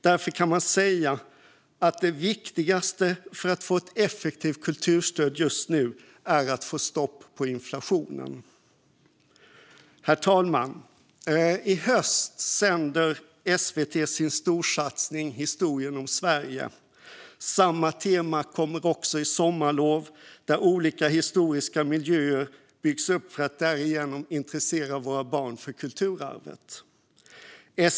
Därför kan man säga att det viktigaste för att få ett effektivt kulturstöd just nu är att få stopp på inflationen. Herr talman! I höst sänder SVT sin storsatsning Historien om Sverige . Samma tema kommer också i Sommarlov , där man bygger upp olika historiska miljöer för att intressera våra barn för kulturarvet.